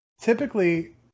Typically